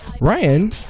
Ryan